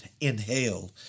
inhale